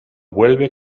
vuelve